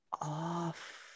off